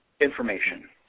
information